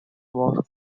was